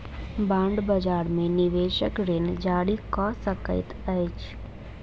bond बजार में निवेशक ऋण जारी कअ सकैत अछि